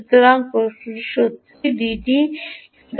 সুতরাং প্রশ্নটি সত্যিই ডিটি নিয়ে